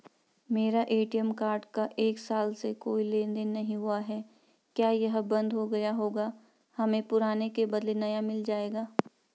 मेरा ATM card का एक साल से कोई लेन देन नहीं हुआ है क्या यह बन्द हो गया होगा हमें पुराने के बदलें नया मिल जाएगा?